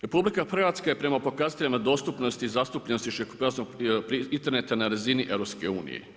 RH je prema pokazateljima dostupnosti i zastupljenosti širokopojasnog interneta na razini EU.